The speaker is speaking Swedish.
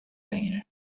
längre